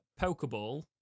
pokeball